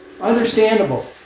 Understandable